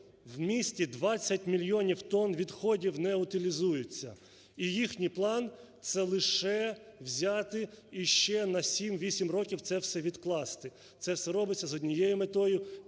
в місті 20 мільйонів тонн відходів не утилізується. І їхній план це лише взяти іще на 7-8 років це все відкласти. Це все робиться з однією метою –